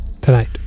tonight